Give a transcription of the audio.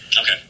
Okay